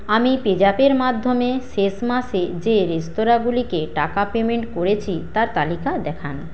আমি পেজ্যাপের মাধ্যমে শেষ মাসে যে রেস্তোরাঁগুলিকে টাকা পেমেন্ট করেছি তার তালিকা দেখান